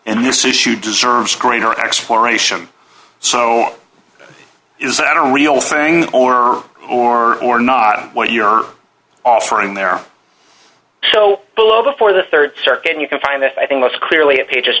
and this issue deserves greater exploration so is that a real thing or or or not what you're offering there so below before the rd circuit you can find that i think most clearly in pages